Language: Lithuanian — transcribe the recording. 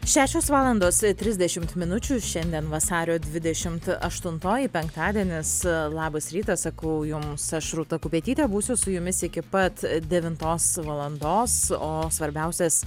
šešios valandos trisdešimt minučių šiandien vasario dvidešimt aštuntoji penktadienis labas rytas sakau jums aš rūta kupetytė būsiu su jumis iki pat devintos valandos o svarbiausias